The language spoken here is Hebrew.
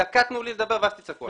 תנו לי לדבר דקה ואז תצעקו עלי.